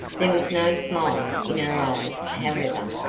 there was no smile in her eyes, however,